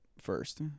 first